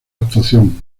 actuación